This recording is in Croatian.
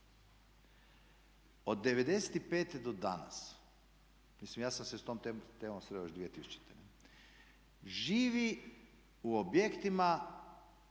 od 95.do danas, mislim ja sam se s tom temom sreo još 2000., živi u objektima